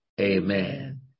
Amen